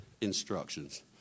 instructions